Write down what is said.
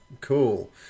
Cool